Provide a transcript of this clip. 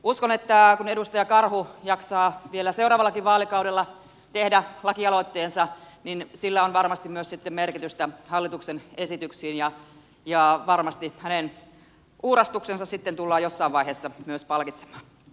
uskon että kun edustaja karhu jaksaa vielä seuraavallakin vaalikaudella tehdä lakialoitteensa niin sillä on varmasti myös sitten merkitystä hallituksen esityksiä silmällä pitäen ja varmasti hänen uurastuksensa tullaan sitten jossain vaiheessa myös palkitsemaan